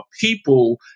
people